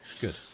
Good